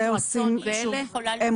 שביעות רצון וכאלה?